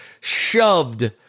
shoved